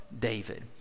David